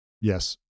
Yes